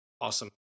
Awesome